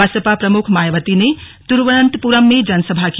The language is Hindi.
बसपा प्रमुख मायावती ने तिरूवनन्तपुरम में जनसभा की